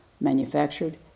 manufactured